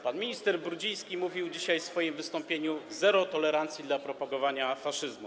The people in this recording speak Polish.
Pan minister Brudziński mówił dzisiaj w swoim wystąpieniu: zero tolerancji dla propagowania faszyzmu.